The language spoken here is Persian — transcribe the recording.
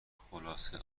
خلاصه